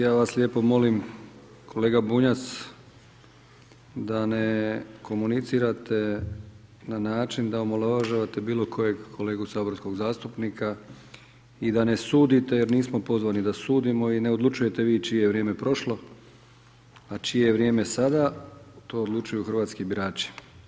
Ja vas lijepo molim kolega Bunjac da ne komunicirate na način da omalovažavate bilo kojeg kolegu saborskog zastupnika i da ne sudite jer nismo pozvani da sudimo i ne odlučujete vi čije je vrijeme prošlo, a čije je vrijeme sada, to odlučuju hrvatski birači.